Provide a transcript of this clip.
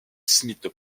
smith